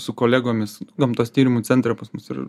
su kolegomis gamtos tyrimų centre pas mus ir